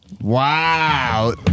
Wow